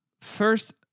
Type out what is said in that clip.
First